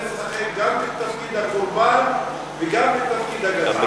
הבעיה שלך זה שאתה רוצה לשחק גם בתפקיד הקורבן וגם בתפקיד הגזען.